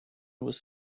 was